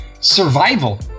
survival